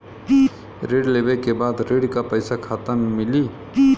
ऋण लेवे के बाद ऋण का पैसा खाता में मिली?